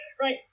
right